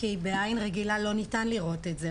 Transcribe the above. כי בעין רגילה לא ניתן לראות את זה.